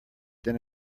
then